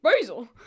basil